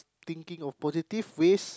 thinking of positive ways